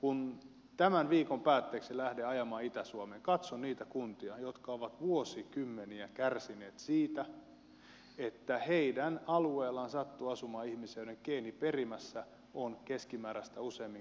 kun tämän viikon päätteeksi lähden ajamaan itä suomeen katson niitä kuntia jotka ovat vuosikymmeniä kärsineet siitä että heidän alueellaan sattuu asumaan ihmisiä joiden geeniperimässä on keskimääräistä useammin kansansairauksia